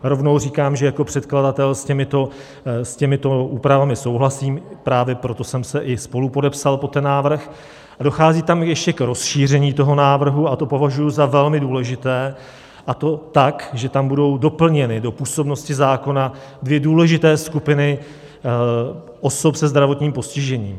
Rovnou říkám, že jako předkladatel s těmito úpravami souhlasím, právě proto jsem se i spolupodepsal pod ten návrh, a dochází tam ještě k rozšíření toho návrhu, to považuji za velmi důležité, a to tak, že tam budou doplněny do působnosti zákona dvě důležité skupiny osob se zdravotním postižením.